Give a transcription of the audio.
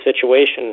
situation